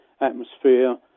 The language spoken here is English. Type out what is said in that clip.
atmosphere